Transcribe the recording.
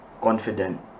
confident